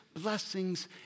blessings